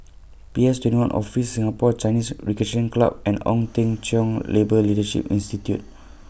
P S twenty one Office Singapore Chinese Recreation Club and Ong Teng Cheong Labour Leadership Institute